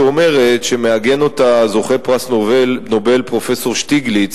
שמעגן אותה זוכה פרס נובל פרופסור שטיגליץ